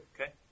Okay